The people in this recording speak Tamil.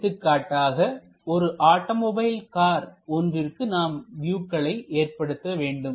எடுத்துக்காட்டாக ஒரு ஆட்டோமொபைல் கார் ஒன்றிற்கு நாம் வியூக்களை ஏற்படுத்த வேண்டும்